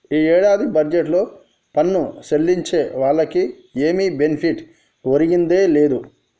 ఈ ఏడాది బడ్జెట్లో పన్ను సెల్లించే వాళ్లకి ఏమి బెనిఫిట్ ఒరిగిందే లేదు